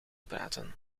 praten